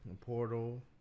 Portal